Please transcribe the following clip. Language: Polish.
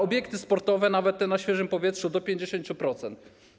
Obiekty sportowe, nawet te na świeżym powietrzu, do 50%.